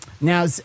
Now